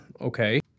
Okay